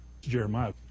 Jeremiah